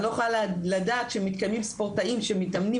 אני לא יכולה לדעת שמתקיימים ספורטאים שמתאמנים